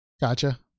Gotcha